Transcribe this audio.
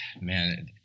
man